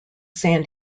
san